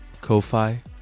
Ko-Fi